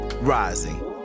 rising